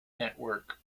network